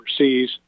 overseas